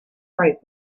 right